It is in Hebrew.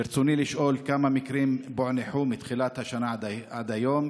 רצוני לשאול: 1. כמה מקרים פוענחו מתחילת השנה עד היום?